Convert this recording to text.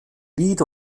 lied